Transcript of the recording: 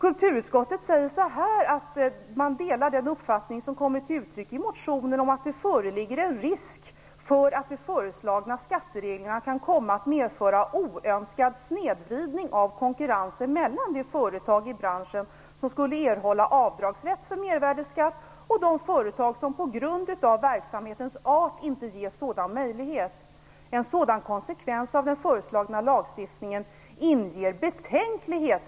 "Utskottet delar den uppfattning som kommit till uttryck i motionerna att det föreligger risk för att de föreslagna skattereglerna kan komma att medföra oönskad snedvridning av konkurrensen mellan de företag i branschen som skulle erhålla avdragsrätt för mervärdesskatt och de företag som på grund av verksamhetens art inte ges sådan möjlighet. En sådan konsekvens av den föreslagna lagstiftningen inger betänkligheter."